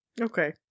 Okay